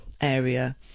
area